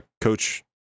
Coach